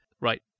right